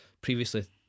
previously